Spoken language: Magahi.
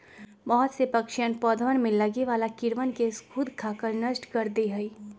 बहुत से पक्षीअन पौधवन में लगे वाला कीड़वन के स्खुद खाकर नष्ट कर दे हई